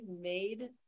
made